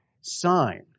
sign